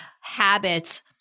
habits